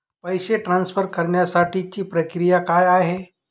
पैसे ट्रान्सफर करण्यासाठीची प्रक्रिया काय आहे?